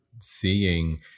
seeing